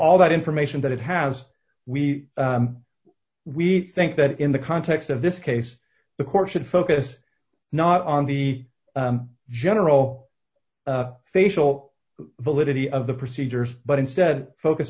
all that information that it has we we think that in the context of this case the court should focus not on the general facial validity of the procedures but instead focus